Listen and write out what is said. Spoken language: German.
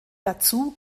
dazu